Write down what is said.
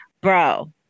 bro